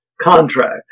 contract